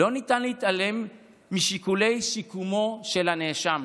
לא ניתן להתעלם משיקולי שיקומו של הנאשם,